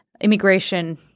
immigration